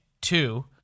two